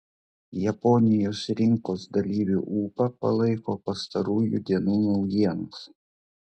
japonijos rinkos dalyvių ūpą palaiko pastarųjų dienų naujienos